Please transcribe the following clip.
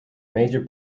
major